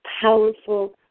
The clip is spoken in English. powerful